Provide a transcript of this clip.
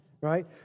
right